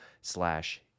slash